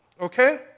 Okay